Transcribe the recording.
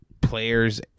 players –